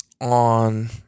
on